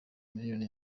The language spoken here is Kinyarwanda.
miliyoni